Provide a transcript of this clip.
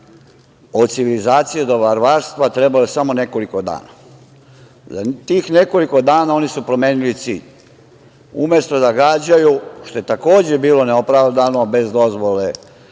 od civilizacije do varvarstva treba samo nekoliko dana. Za tih nekoliko dana oni su promenili cilj, umesto da gađaju, što je takođe bilo neopravdano, bez dozvole